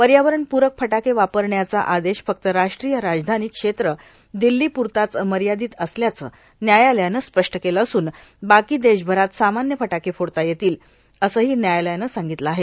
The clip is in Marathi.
पर्यावरण प्रक फटाके वापरण्याचा आदेश फक्त राष्ट्रीय राजधानी क्षेत्र दिल्ली प्रताच मर्यादित असल्याचं न्यायालयानं स्पष्ट केलं असून बाकी देशभरात सामान्य फटाके फोडता येतील असंही न्यायालयानं सांगितलं आहे